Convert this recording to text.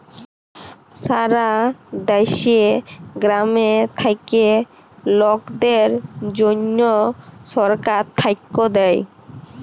সারা দ্যাশে গ্রামে থাক্যা লকদের জনহ সরকার থাক্যে দেয়